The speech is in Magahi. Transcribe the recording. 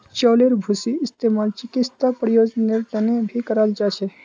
चउलेर भूसीर इस्तेमाल चिकित्सा प्रयोजनेर तने भी कराल जा छे